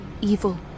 evil